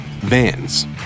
Vans